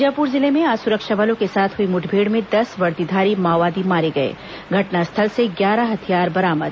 बीजापुर जिले में आज सुरक्षा बलों के साथ हुई मुठभेड़ में दस वर्दीधारी माओवादी मारे गए घटनास्थल से ग्यारह हथियार बरामद